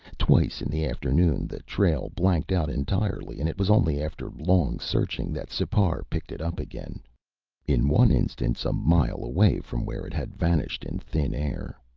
twice in the afternoon, the trail blanked out entirely and it was only after long searching that sipar picked it up again in one instance, a mile away from where it had vanished in thin air.